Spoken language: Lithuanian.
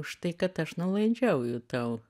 už tai kad aš nuolaidžiauju tau